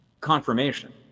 confirmation